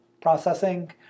processing